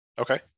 Okay